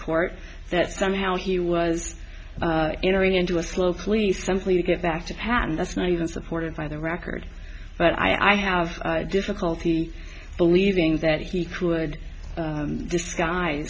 court that somehow he was entering into a slow plea simply to get back to pat and that's not even supported by the record but i have difficulty believing that he could disguise